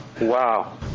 Wow